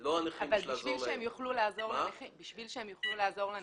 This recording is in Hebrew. לא הנכים בשביל לעזור להם.